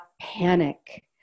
panic